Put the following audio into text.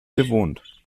bewohnt